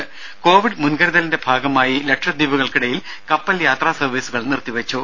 രുമ കോവിഡ് മുൻകരുതലിന്റെ ഭാഗമായി ലക്ഷദ്വീപുകൾക്കിടയിൽ കപ്പൽ യാത്രാ സർവ്വീസുകൾ നിർത്തിവെച്ചു